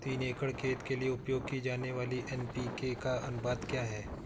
तीन एकड़ खेत के लिए उपयोग की जाने वाली एन.पी.के का अनुपात क्या है?